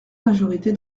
majorité